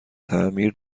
تعمیر